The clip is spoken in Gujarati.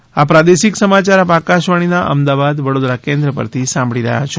કોરોના સંદેશ આ પ્રાદેશિક સમાચાર આપ આકશવાણીના અમદાવાદ વડોદરા કેન્દ્ર પરથી સાંભળી રહ્યા છે